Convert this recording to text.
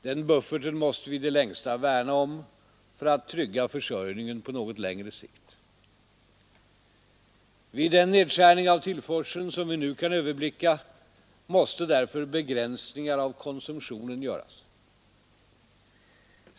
Den bufferten måste vi i det längsta värna om för att trygga försörjningen på något längre sikt. Vid den nedskärning av tillförseln som vi nu kan överblicka måste därför begränsningar av konsumtionen göras.